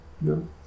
No